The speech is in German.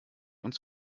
uns